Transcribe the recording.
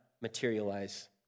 materialize